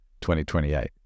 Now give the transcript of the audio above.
2028